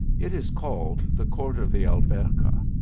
it is called the court of the alberca.